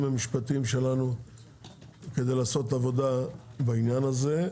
המשפטיים שלנו כדי לעשות עבודה בעניין הזה.